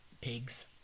pigs